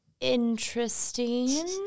interesting